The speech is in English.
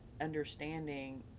understanding